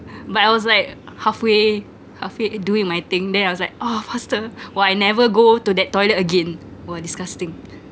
but I was like halfway halfway eh doing my thing then I was like oh faster !wah! I never go to that toilet again !wah! disgusting